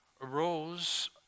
arose